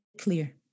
clear